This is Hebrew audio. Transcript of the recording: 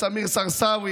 יש פה יושב-ראש דמיקולו.